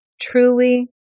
Truly